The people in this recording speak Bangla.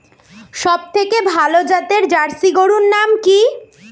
সবথেকে ভালো জাতের জার্সি গরুর নাম কি?